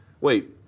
Wait